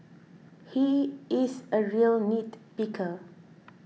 he is a real nitpicker